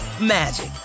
magic